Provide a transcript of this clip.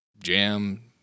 jam